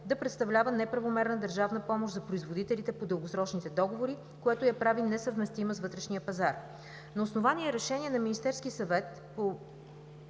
да представлява неправомерна държавна помощ за производителите по дългосрочните договори, което я прави несъвместима с вътрешния пазар. На основание решение на Министерския съвет по т.